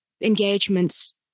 engagements